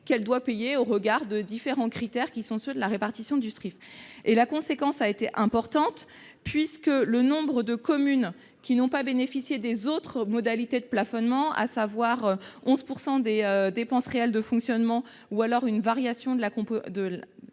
qu'elle devait au regard des différents critères de répartition du FSRIF. Les conséquences ont été importantes. Nombre de communes n'ont pas bénéficié des autres modalités de plafonnement- à savoir 11 % des dépenses réelles de fonctionnement ou alors une variation de la contribution